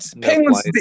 penguins